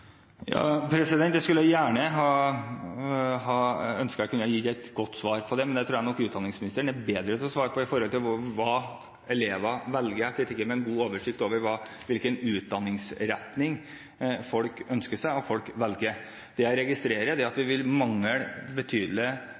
jeg kunne gitt et godt svar på, men jeg tror nok utdanningsministeren er bedre til å svare på hva elever velger. Jeg sitter ikke med noen god oversikt over hvilken utdanningsretning folk ønsker seg og velger. Det jeg registrerer, er at vi vil mangle betydelig